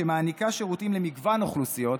שמעניקה שירותים למגוון אוכלוסיות,